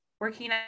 working